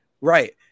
Right